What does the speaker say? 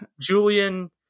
Julian